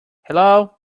hello